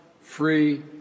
free